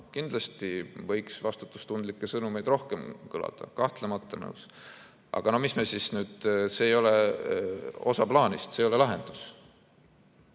Kindlasti võiks vastutustundlikke sõnumeid rohkem kõlada, kahtlemata olen nõus. Aga mis me siis nüüd teeme? See ei ole osa plaanist, see ei ole lahendus.